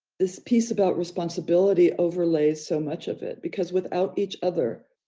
this piece about responsibility overlays so much of it, because without each other,